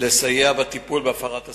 לסייע בטיפול בהפרת הסדר,